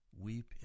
weep